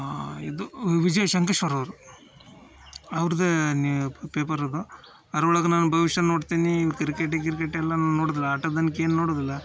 ಇದು ವಿಜಯ್ ಸಂಕೇಶ್ವರ್ ಅವರು ಅವ್ರದ್ದೇ ನ್ಯೂ ಪೇಪರ್ ಅದು ಅದ್ರೊಳಗೆ ನಾನು ಭವಿಷ್ಯ ನೋಡ್ತೀನಿ ಇವು ಕ್ರಿಕೆಟ್ ಗಿರ್ಕೆಟ್ ಎಲ್ಲ ನೋಡುವುದಿಲ್ಲ ಆಟದನ್ಕೇನು ನೋಡುವುದಿಲ್ಲ